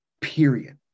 Period